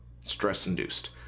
stress-induced